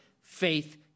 faith